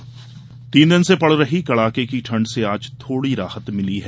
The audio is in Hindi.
मौसम तीन दिन से पड़ रही कड़ाके की ठंड से आज थोड़ी राहत मिली है